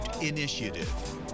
initiative